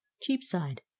cheapside